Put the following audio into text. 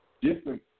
different